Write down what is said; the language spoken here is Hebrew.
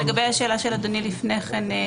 לגבי השאלה של אדוני לפני כן,